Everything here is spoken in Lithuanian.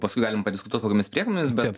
paskui galim padiskutuot kokiomis priemonėmis bet